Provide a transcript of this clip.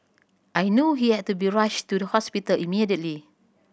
I knew he had to be rushed to the hospital immediately